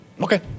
Okay